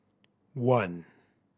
one